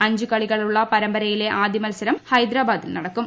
അഞ്ച് കളികളുള്ള പരമ്പരയിലെ ആദ്യമത്സരം ഹൈദരാബാദിൽ നടക്കും